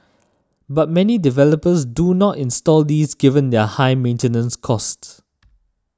but many developers do not install these given their high maintenance costs